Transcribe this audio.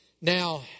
Now